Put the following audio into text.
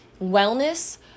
Wellness